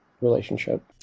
relationship